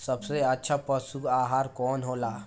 सबसे अच्छा पशु आहार कवन हो ला?